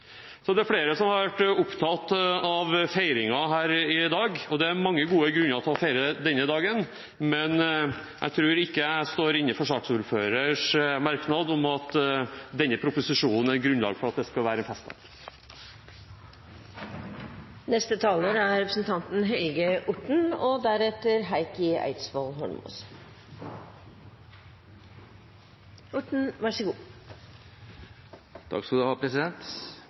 Så er det flere som har vært opptatt av feiringen her i dag. Det er mange gode grunner til å feire denne dagen, men jeg tror ikke jeg står inne for saksordførerens merknad om at denne proposisjonen er grunnlag for at det skal være en festdag. Etter å ha hørt foregående taler, kunne en egentlig bare sagt at en var imot hele veiselskapet og